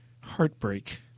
Heartbreak